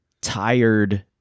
tired